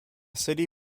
city